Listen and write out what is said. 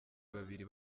babiri